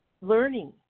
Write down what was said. learning